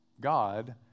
God